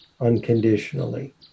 unconditionally